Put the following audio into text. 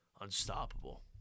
unstoppable